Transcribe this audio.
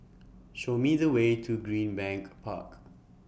Show Me The Way to Greenbank Park